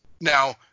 Now